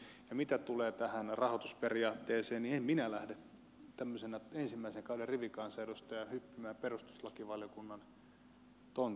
ja mitä tulee tähän rahoitusperiaatteeseen niin en minä lähde tämmöisenä ensimmäisen kauden rivikansanedustajana hyppimään perustuslakivaliokunnan tontille